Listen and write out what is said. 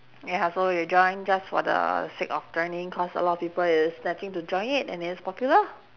ya so you join just for the sake of joining cause a lot of people is starting to join it and it's popular